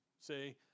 see